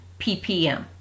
ppm